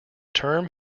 term